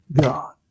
God